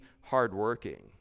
hardworking